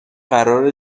قرار